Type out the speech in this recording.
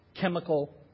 chemical